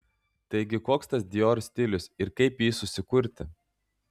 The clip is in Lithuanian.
taigi koks tas dior stilius ir kaip jį susikurti